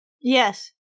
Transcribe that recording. Yes